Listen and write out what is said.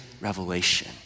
revelation